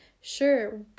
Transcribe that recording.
Sure